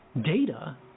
data